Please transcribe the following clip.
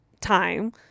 time